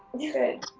good.